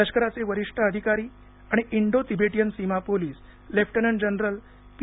लष्कराचे वरिष्ठ अधिकारी आणि इंडो तिबेटियन सीमा पोलिस लेफ्टनंट जनरल पी